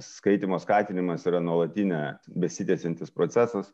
skaitymo skatinimas yra nuolatinė besitęsiantis procesas